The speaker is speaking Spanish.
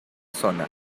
zona